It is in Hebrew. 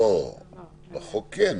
בחוק כן.